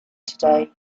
today